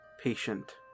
patient